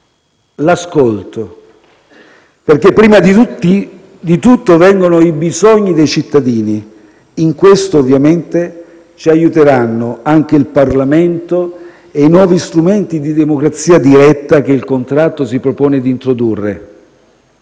l'ascolto, perché prima di tutto vengono i bisogni dei cittadini, e in questo, ovviamente, ci aiuteranno anche il Parlamento e i nuovi strumenti di democrazia diretta che il contratto si propone di introdurre;